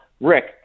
Rick